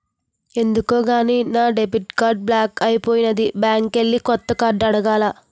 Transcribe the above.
ఎందుకో గాని నా డెబిట్ కార్డు బ్లాక్ అయిపోనాది బ్యాంకికెల్లి కొత్త కార్డు అడగాల